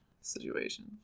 situation